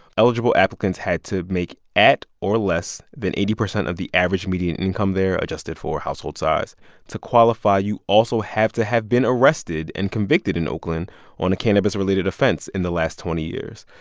eligible applicants had to make at or less than eighty percent of the average median income there, adjusted for household size. to qualify, you also have to have been arrested and convicted in oakland on a cannabis-related offense in the last twenty years.